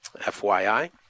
FYI